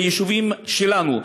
ביישובים שלנו.